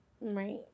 Right